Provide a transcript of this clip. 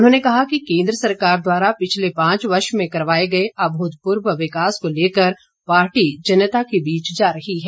उन्होंने कहा कि केन्द्र सरकार द्वारा पिछले पांच वर्ष में करवाए गए अभूतपूर्व विकास को लेकर पार्टी जनता के बीच जा रही है